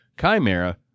Chimera